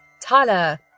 Tyler